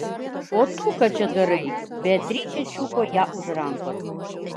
o tu ką čia darai beatričė čiupo ją už rankos